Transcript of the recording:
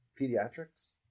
pediatrics